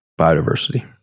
Biodiversity